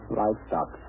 livestock